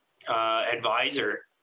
advisor